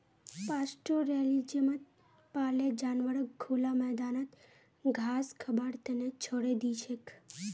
पास्टोरैलिज्मत पाले जानवरक खुला मैदानत घास खबार त न छोरे दी छेक